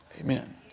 Amen